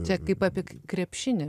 čia kaip apie krepšinį